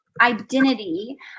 identity